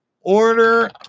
order